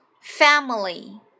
family